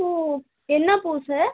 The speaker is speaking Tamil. ஸோ என்ன பூ சார்